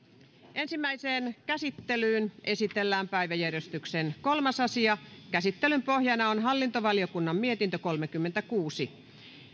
ensimmäiseen käsittelyyn esitellään päiväjärjestyksen kolmas asia käsittelyn pohjana on hallintovaliokunnan mietintö kolmekymmentäkuusi